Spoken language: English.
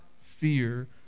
fear